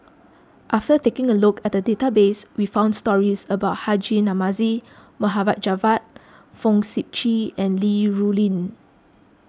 after taking a look at the database we found stories about Haji Namazie Mohd Javad Fong Sip Chee and Li Rulin